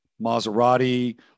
Maserati